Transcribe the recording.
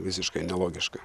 visiškai nelogiška